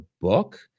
book